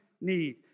need